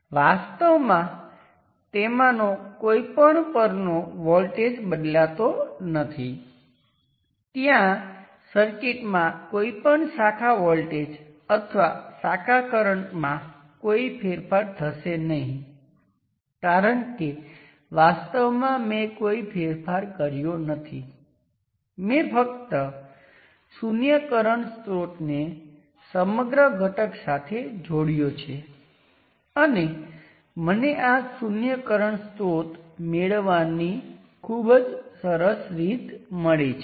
એક કિસ્સામાં હું તમામ ઇન્ટરનલ ઇન્ડિપેન્ડન્ટ સોર્સ ને એક્ટિવ કરું છું પરંતુ VL ને નલ કરું છું અને બીજા કિસ્સામાં મેં તમામ ઇન્ડિપેન્ડન્ટ સોર્સ ને ડિએક્ટિવ કર્યા છે અને માત્ર VL ને એક્ટિવ કર્યું છે